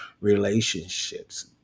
relationships